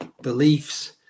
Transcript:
beliefs